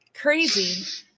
crazy